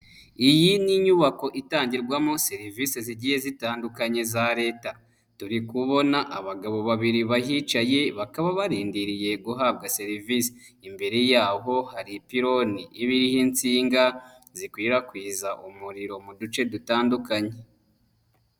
Iyi ni inyubako itangirwamo serivise zigiye zitandukanye za Leta, turi kubona abagabo babiri bahicaye bakaba barindiriye guhabwa serivisi, imbere y'aho hari ipironi iba iriho insinga zikwirakwiza umuriro mu duce dutandukanye.